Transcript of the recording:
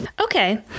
Okay